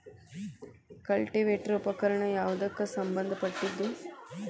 Cultivator ಉಪಕರಣ ಯಾವದಕ್ಕ ಸಂಬಂಧ ಪಟ್ಟಿದ್ದು?